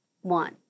one